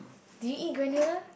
do you eat granola